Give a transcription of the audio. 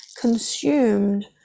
consumed